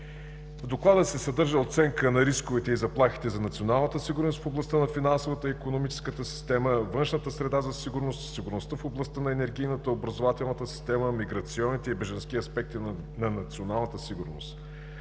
В Доклада се съдържа оценка на рисковете и заплахите за националната сигурност в областта на финансовата и икономическата система, външната среда за сигурност, сигурността в областта на енергийната, образователната система, миграционните и бежански аспекти на националната сигурност.